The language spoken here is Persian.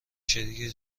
شریک